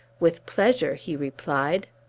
with pleasure, he replied.